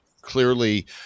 clearly